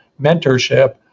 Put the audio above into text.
mentorship